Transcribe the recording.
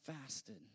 fasted